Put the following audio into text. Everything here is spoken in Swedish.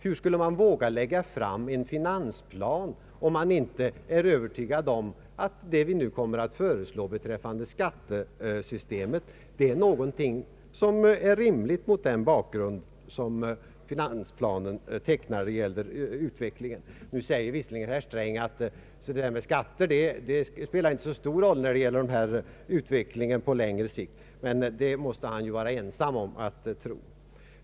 Hur skulle man våga lägga fram en finansplan, om man inte är övertygad om att det som nu föreslås beträffande skattesystemet är rimligt mot den bakgrund som finansplanen tecknar när det gäller utvecklingen? Nu säger visserligen herr Sträng att det här med skatter inte spelar så stor roll för utvecklingen på längre sikt, men det måste han vara ensam om att tro.